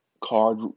card